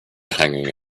hanging